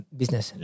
business